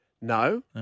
No